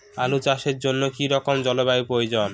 আলু চাষের জন্য কি রকম জলবায়ুর প্রয়োজন?